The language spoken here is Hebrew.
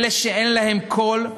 אלה שאין להם קול,